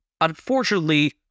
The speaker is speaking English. Unfortunately